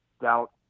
doubt